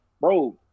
bro